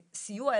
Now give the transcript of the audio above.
סיוע,